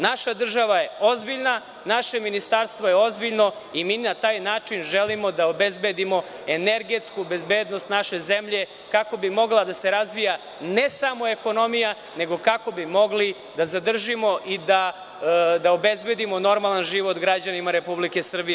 Naša država je ozbiljna, naše ministarstvo je ozbiljno i mi na taj način želimo da obezbedimo energetsku bezbednost naše zemlje kako bi mogla da se razvija, ne samo ekonomija, nego kako bi mogli da zadržimo i da obezbedimo normalan život građanima Republike Srbije.